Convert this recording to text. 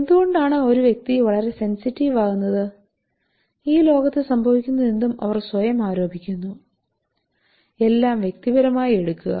എന്തുകൊണ്ടാണ് ഒരു വ്യക്തി വളരെ സെൻസിറ്റീവ് ആകുന്നത് ഈ ലോകത്ത് സംഭവിക്കുന്നതെന്തും അവർ സ്വയം ആരോപിക്കുന്നു എല്ലാം വ്യക്തിപരമായി എടുക്കുക